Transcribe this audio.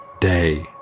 day